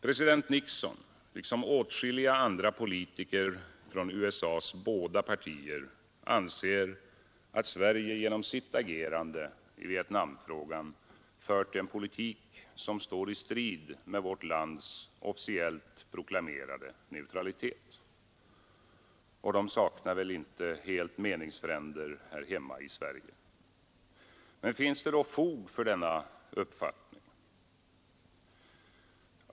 President Nixon liksom åtskilliga andra politiker från USA:s båda partier anser att Sverige genom sitt agerande i Vietnamfrågan fört en politik, som står i strid med vårt lands officiellt proklamerade neutralitet. De saknar väl inte helt meningsfränder här hemma i Sverige. Finns det då fog för denna uppfattning?